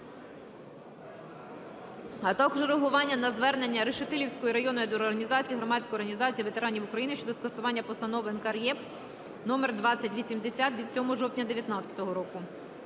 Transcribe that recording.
а також реагування на звернення Решетилівської районної організації громадської організації ветеранів України щодо скасування постанови НКРЕКП № 2080 від 7 жовтня 2019 року.